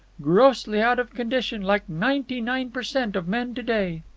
grossly out of condition, like ninety-nine per cent of men to-day.